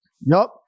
Nope